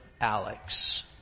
Alex